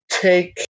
take